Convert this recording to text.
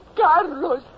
Carlos